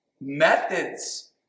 methods